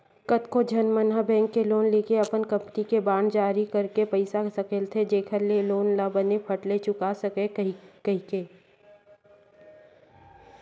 कतको झन मन ह बेंक ले लोन लेके अपन कंपनी के बांड जारी करके पइसा सकेलथे जेखर ले लोन ल बने फट ले चुका सकव कहिके